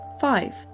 Five